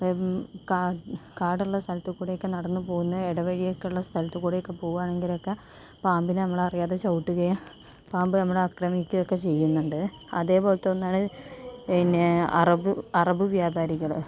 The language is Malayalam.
കാടുള്ള സ്ഥലത്തുകൂടിയൊക്കെ നടന്നു പോകുന്ന ഇടവഴിയൊക്കെ ഉള്ള സ്ഥലത്ത് കൂടി ഒക്കെ പോവുകയാണെങ്കിലൊക്കെ പാമ്പിനെ നമ്മൾ അറിയാതെ ചവിട്ടുകയോ പാമ്പ് നമ്മളെ അക്രമിക്കുകയൊക്കെ ചെയ്യുന്നുണ്ട് അതേപോലത്തെ ഒന്നാണ് പിന്നേ അറവ് അറവ് വ്യാപാരികള്